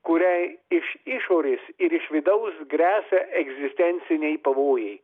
kuriai iš išorės ir iš vidaus gresia egzistenciniai pavojai